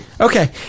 Okay